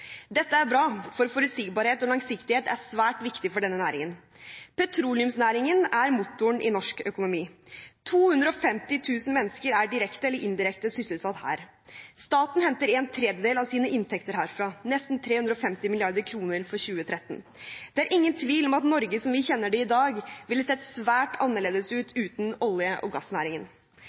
Dette er bra, for forutsigbarhet og langsiktighet er svært viktig for denne næringen. Petroleumsnæringen er motoren i norsk økonomi. 250 000 mennesker er direkte eller indirekte sysselsatt her. Staten henter en tredjedel av sine inntekter herfra – nesten 350 mrd. kr for 2013. Det er ingen tvil om at Norge som vi kjenner det i dag, ville sett svært annerledes ut uten olje- og gassnæringen.